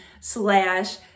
slash